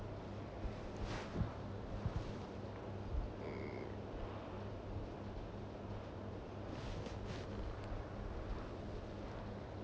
mm